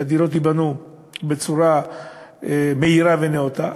שהדירות ייבנו בצורה מהירה ונאותה,